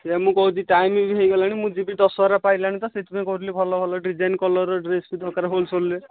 ସେଥିପାଇଁ ମୁଁ କହୁଛି ଟାଇମ୍ ହୋଇଗଲାଣି ମୁଁ ଯିବି ଦଶହରା ପାଇଲାଣି ପା ମୁଁ କହୁଥିଲି ଭଲ ଭଲ ଡିଜାଇନ କେଉଁ କେଉଁ କଲର୍ ଡ୍ରେସ୍ ଦରକାର ହୋଲ୍ସେଲ୍ରେ